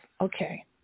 okay